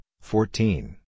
fourteen